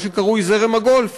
מה שקרוי זרם הגולף.